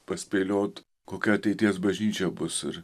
paspėliot kokia ateities bažnyčia bus ir